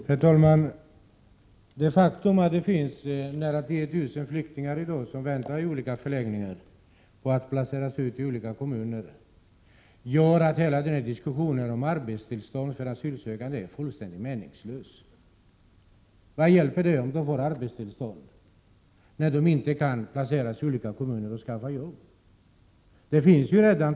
Herr talman! Det faktum att det i dag finns nära 10 000 flyktingar som i olika förläggningar väntar på att placeras ut i olika kommuner gör att hela diskussionen om arbetstillstånd för asylsökande är fullständigt meningslös. Vad hjälper det om de får arbetstillstånd när de inte kan placeras ut i kommuner, där de kan skaffa sig ett jobb?